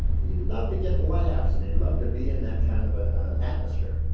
he loved to get laughs and he loved to be in that kind of ah an atmosphere.